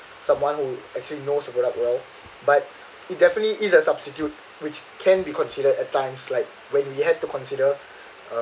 someone who actually knows that up well but it definitely is a substitute which can be considered at times like when we had to consider